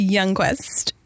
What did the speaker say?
Youngquest